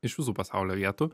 iš visų pasaulio vietų